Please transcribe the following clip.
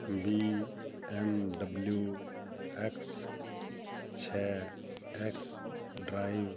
B M W X ਸੈ X drive